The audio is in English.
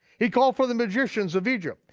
he called for the magicians of egypt,